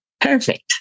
perfect